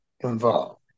involved